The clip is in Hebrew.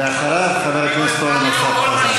תודה לחבר הכנסת אילטוב.